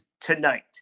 tonight